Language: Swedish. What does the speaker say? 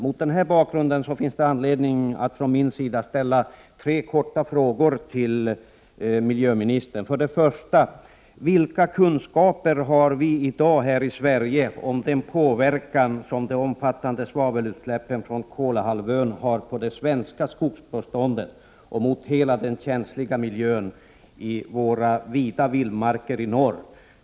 Mot den bakgrunden finns det anledning att ställa tre korta frågor till miljöoch energiministern: 1. Vilka kunskaper har vi i dag här i Sverige om den påverkan som de omfattande svavelutsläppen från Kolahalvön har på det svenska skogsbeståndet och hela den känsliga miljön i våra vida vildmarker i norr?